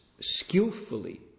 skillfully